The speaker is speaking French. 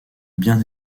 bien